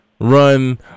Run